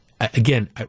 again